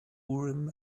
urim